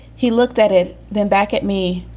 he looked at it, then back at me,